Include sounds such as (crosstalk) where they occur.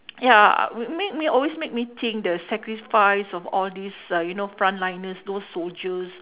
(noise) ya m~ make me always make me think the sacrifice of all these uh you know front-liners those soldiers